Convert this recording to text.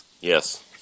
Yes